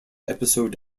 episode